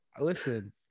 listen